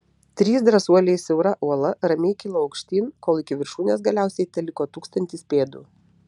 trys drąsuoliai siaura uola ramiai kilo aukštyn kol iki viršūnės galiausiai teliko tūkstantis pėdų